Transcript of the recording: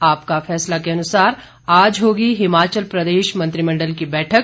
आपका फैसला के अनुसार आज होगी हिमाचमल प्रदेश मंत्रिमंडल की बैठक